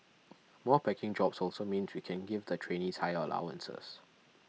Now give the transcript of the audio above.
more packing jobs also means we can give the trainees higher allowances